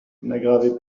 n’aggravez